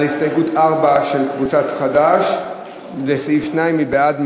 אז אנחנו עכשיו מצביעים על הסתייגות 4 של קבוצת חד"ש לסעיף 2. מי בעד?